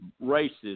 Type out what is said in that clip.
races